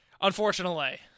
Unfortunately